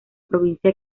provincia